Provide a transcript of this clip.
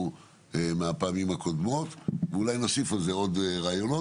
מהפעמים הקודמות ואולי נוסיף על זה עוד רעיונות.